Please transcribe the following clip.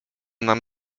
nam